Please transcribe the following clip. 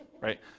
right